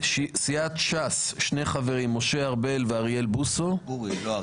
סיעת ש"ס שני חברים: משה ארבל ואוריאל בוסו,